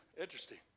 interesting